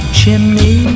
chimney